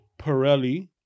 pirelli